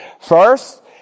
First